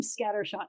scattershot